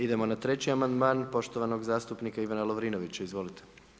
Idemo na treći amandman poštovanog zastupnika Ivana Lovrinovića, izvolite.